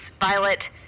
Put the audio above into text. Violet